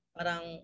Parang